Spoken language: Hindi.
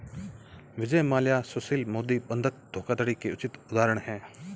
विजय माल्या सुशील मोदी बंधक धोखाधड़ी के उचित उदाहरण है